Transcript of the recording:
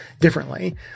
differently